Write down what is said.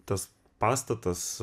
tas pastatas